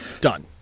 Done